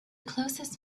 closest